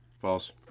False